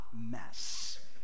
mess